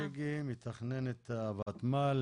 תודה רבה לסיגי, מתכננת הוותמ"ל.